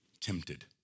tempted